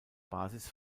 basis